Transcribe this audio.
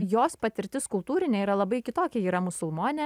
jos patirtis kultūrinė yra labai kitokia ji yra musulmonė